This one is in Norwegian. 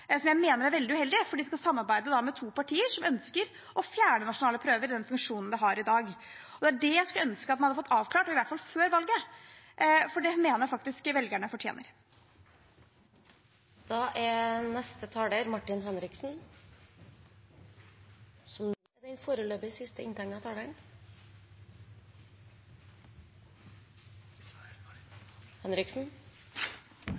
som jeg mener er veldig uheldig, for de skal samarbeide med to partier som ønsker å fjerne nasjonale prøver og den funksjonen de har i dag. Det er det jeg skulle ønske man hadde fått avklart, i hvert fall før valget. Det mener jeg faktisk velgerne fortjener. Det er